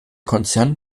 konzern